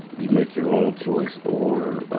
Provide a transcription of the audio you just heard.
you make your own choice or, ah,